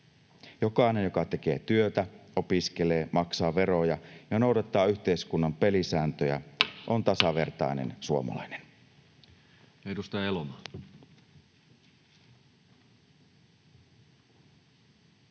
Jokainen, joka tekee työtä, opiskelee, maksaa veroja ja noudattaa yhteiskunnan pelisääntöjä, on tasavertainen suomalainen.